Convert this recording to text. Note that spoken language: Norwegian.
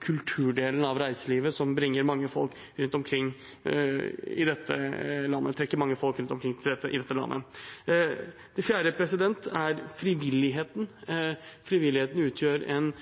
reiselivet, og som bringer mange folk fra rundt omkring til dette landet. Frivilligheten Frivilligheten utgjør en